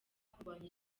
kurwanya